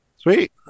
Sweet